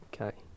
Okay